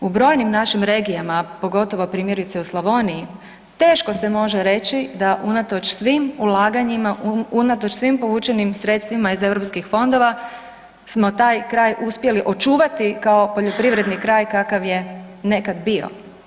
U brojnim našim regijama, a pogotovo, primjerice, u Slavoniji, teško se može reći da unatoč svim ulaganjima, unatoč svim povučenim sredstvima iz EU fondova smo taj kraj uspjeli očuvati kao poljoprivredni kraj kakav je nekad bio.